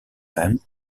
them